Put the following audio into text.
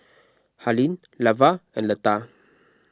Harlene Lavar and Leta